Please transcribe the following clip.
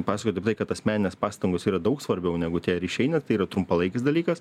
pasakot ir tai kad asmeninės pastangos yra daug svarbiau negu tie ryšiai nes tai yra trumpalaikis dalykas